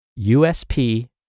USP